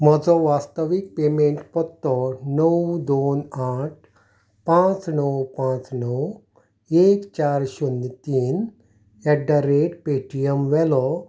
म्हजो वास्तवीक पेमेंट पत्तो णव दोन आठ पांच णव पांच णव एक चार शुन्य तीन at the rate Paytm वेलो